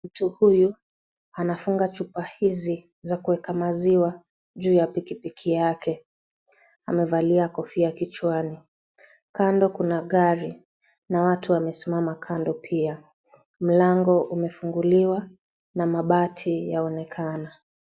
Mtu huyu anafunga chupa hizi za kuweka maziwa juu ya pikipiki yake, amevalia kofia kichwani. Kando kuna gari, na watu wamesimama kando pia. Mlango umefunguliwa na mabati yaonekana.